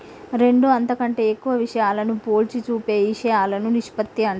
రెండు అంతకంటే ఎక్కువ విషయాలను పోల్చి చూపే ఇషయాలను నిష్పత్తి అంటారు